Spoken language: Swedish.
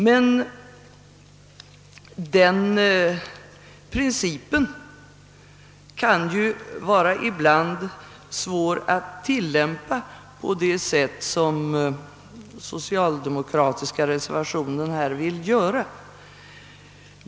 Men den principen kan ibland vara svår att tillämpa på det sätt som den socialdemokratiska reservationen förordar.